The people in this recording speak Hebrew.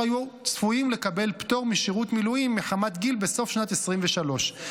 היו צפויים לקבל פטור משירות מילואים מחמת גיל בסוף שנת 2023,